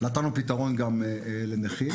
נתנו פתרון גם לנכים,